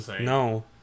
No